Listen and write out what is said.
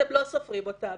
אתם לא סופרים אותם.